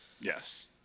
Yes